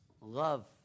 love